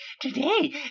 today